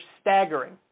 staggering